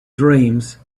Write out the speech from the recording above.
dreams